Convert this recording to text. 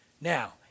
Now